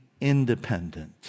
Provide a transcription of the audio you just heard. independent